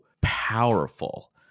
powerful